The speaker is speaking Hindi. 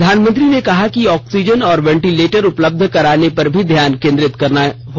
प्रधानमंत्री ने कहा कि ऑक्सीजन और वेंटिलेटर उपलब्ध कराने पर भी ध्यान केंद्रित किया गया है